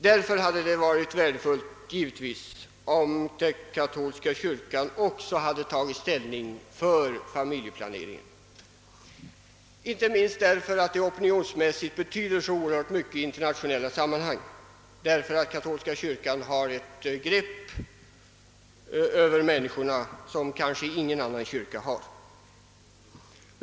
Därför hade det givetvis varit värdefullt, om den katolska kyrkan också hade tagit ställning för familjeplaneringen, inte minst på grund av att det opinionsmässigt betyder så oerhört mycket i internationella sammanhang, eftersom katolska kyrkan har ett grepp över människorna som kanske ingen annan kyrka har.